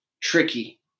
tricky